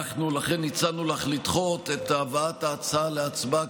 לכן הצענו לך לדחות את הבאת ההצעה להצבעה,